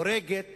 הורגת